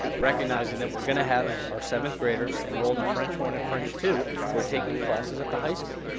recognizing that we're going to have our seventh graders enrolled in french one and french two who are taking classes at the high school,